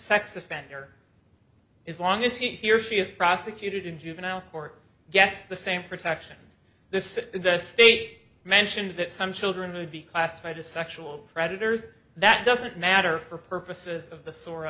sex offender is long as he or she is prosecuted in juvenile court gets the same protections this is the state mentioned that some children would be classified as sexual predators that doesn't matter for purposes of the sor